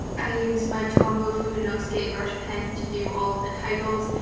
i used my tombow fudenosuke brush pen to do all of the titles.